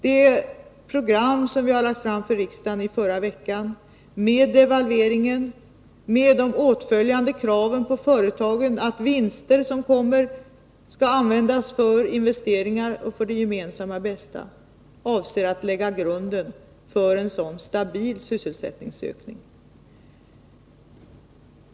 Det program som vi lade fram för riksdagen förra veckan, med de genom devalveringen åtföljande kraven på företagen att kommande vinster skall användas för investeringar för det gemensamma bästa, avser att lägga grunden för en sådan stabil sysselsättningsökning.